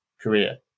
korea